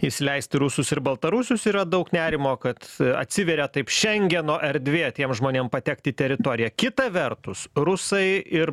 įsileisti rusus ir baltarusius yra daug nerimo kad atsiveria taip šengeno erdvė tiem žmonėm patekti į teritoriją kitą vertus rusai ir